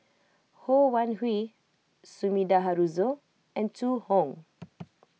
Ho Wan Hui Sumida Haruzo and Zhu Hong